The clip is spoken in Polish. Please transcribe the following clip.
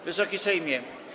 Wysoki Sejmie!